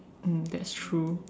mm that's true